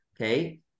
Okay